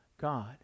God